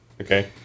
Okay